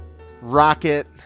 Rocket